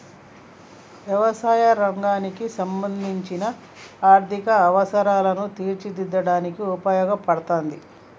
యవసాయ రంగానికి సంబంధించిన ఆర్ధిక అవసరాలను తీర్చడానికి ఉపయోగపడతాది